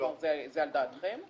זה על דעתכם?